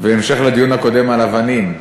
בהמשך לדיון הקודם על אבנים,